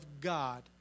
God